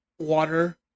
Water